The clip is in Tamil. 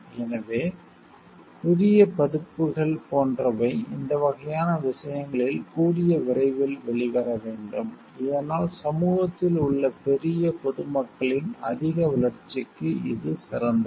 எனவே புதிய பதிப்புகள் போன்றவை இந்த வகையான விஷயங்களில் கூடிய விரைவில் வெளிவர வேண்டும் இதனால் சமூகத்தில் உள்ள பெரிய பொதுமக்களின் அதிக வளர்ச்சிக்கு இது சிறந்தது